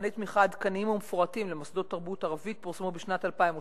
מבחני תמיכה עדכניים ומפורטים למוסדות תרבות ערבית פורסמו בשנת 2008,